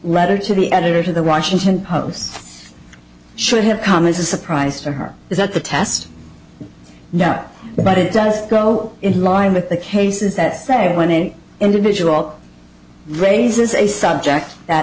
letter to the editor to the washington post should have come as a surprise to her is that the test no but it does go in line with the cases that say when an individual raises a subject that